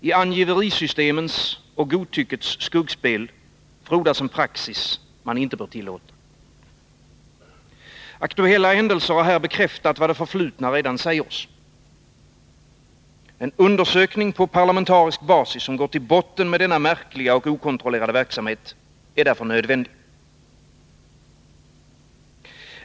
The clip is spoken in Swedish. I angiverisystemens och godtyckets skuggspel frodas en praxis som man inte bör tillåta. Aktuella händelser har här bekräftat vad det förflutna redan säger oss. En undersökning på parlamentarisk basis, som går till botten med denna märkliga och okontrollerade verksamhet, är därför nödvändig.